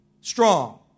strong